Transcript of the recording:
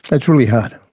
it's really hard.